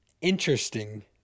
interesting